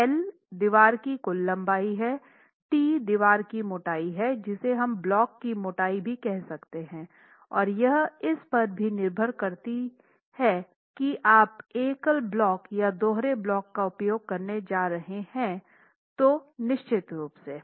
L दीवार की कुल लंबाई है t दीवार की मोटाई है जिसे हम ब्लॉक की मोटाई भी कह सकते हैं और यह इसपर भी निर्भर करती है करेगा की आप एकल ब्लॉक या दोहरे ब्लॉक का उपयोग करने जा रहे हैं तो निश्चित रूप से